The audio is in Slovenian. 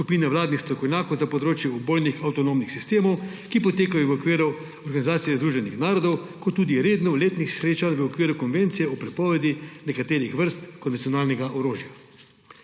skupine vladnih strokovnjakov za področje ubojnih avtonomnih sistemov, ki potekajo v okviru Organizacije združenih narodov, kot tudi redno v letnih srečanjih v okviru konvencije o prepovedi nekaterih vrst konvencionalnega orožja.